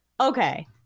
okay